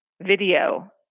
video